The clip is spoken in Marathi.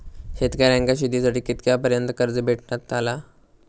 शेतकऱ्यांका शेतीसाठी कितक्या पर्यंत कर्ज भेटताला?